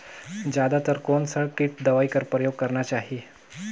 जादा तर कोन स किट दवाई कर प्रयोग करना चाही?